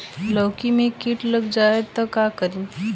लौकी मे किट लग जाए तो का करी?